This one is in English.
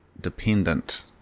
dependent